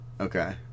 Okay